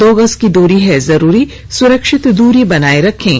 दो गज की दूरी है जरूरी सुरक्षित दूरी बनाए रखें